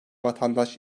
vatandaş